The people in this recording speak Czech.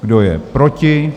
Kdo je proti?